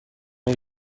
های